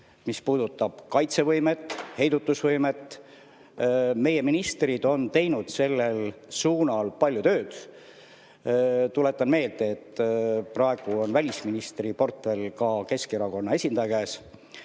mis puudutab kaitsevõimet, heidutusvõimet, ja meie ministrid on teinud sellel suunal palju tööd. Tuletan meelde, et praegu on välisministriportfell ka Keskerakonna esindaja käes.